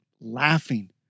laughing